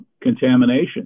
contamination